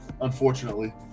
unfortunately